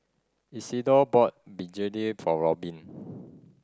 Isidor bought Begedil for Robin